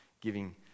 giving